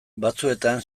batzuetan